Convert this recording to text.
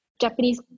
Japanese